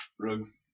Rugs